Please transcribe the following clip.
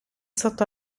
sotto